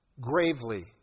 Gravely